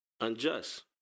Unjust